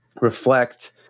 reflect